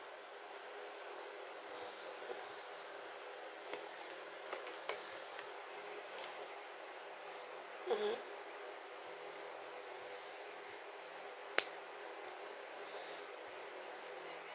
mmhmm